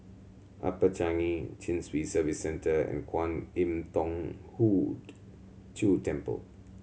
Upper Changi Chin Swee Service Centre and Kwan Im Thong Hood Cho Temple